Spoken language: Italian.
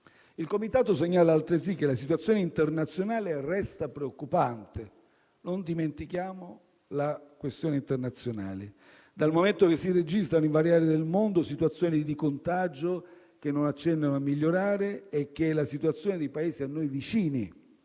Il comitato segnala altresì che la situazione internazionale resta preoccupante - non dimentichiamo la questione internazionale - dal momento che si registrano in varie aree del mondo situazioni di contagio che non accennano a migliorare e che la situazione dei Paesi a noi vicini,